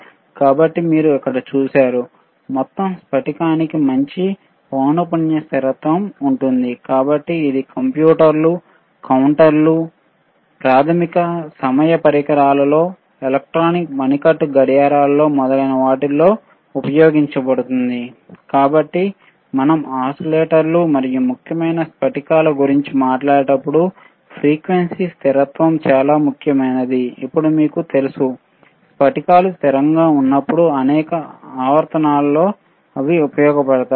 కాబట్టి మీరు ఇక్కడ చూసారు మొత్తం స్ఫటికం కి మంచి పౌన పున్య స్థిరత్వం ఉంటుంది కాబట్టి ఇది కంప్యూటర్లు కౌంటర్లు ప్రాథమిక సమయ పరికరాలలో ఎలక్ట్రానిక్ మణికట్టు గడియారాలలో మొదలైన వాటిల్లో ఉపయోగించబడుతుంది కాబట్టి మనం ఓసిలేటర్లు మరియు ముఖ్యంగా స్ఫటికాలు గురించి మాట్లాడేటప్పుడు ఫ్రీక్వెన్సీ స్థిరత్వం చాలా ముఖ్యమైనదని ఇప్పుడు మీకు తెలుసు స్ఫటికాలు స్థిరంగా ఉన్నప్పుడు అనేక అనువర్తనాలలో అవి ఉపయోగించబడతాయి